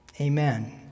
Amen